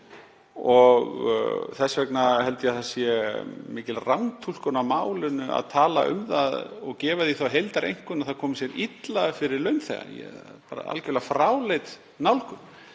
Þess vegna held ég að það sé mikil rangtúlkun á málinu að tala um það og gefa því þá heildareinkunn að það komi sér illa fyrir launþega, það er algerlega fráleit nálgun.